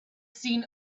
seen